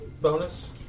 bonus